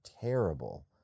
terrible